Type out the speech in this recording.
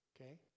Okay